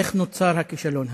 איך נוצר הכישלון הזה.